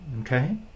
okay